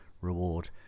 reward